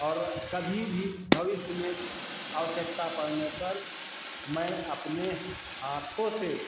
और कभी भी भविष्य में आवश्यकता पड़ने पर मैं अपने आँखों से